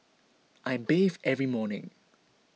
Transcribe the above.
I bathe every morning